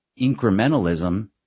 incrementalism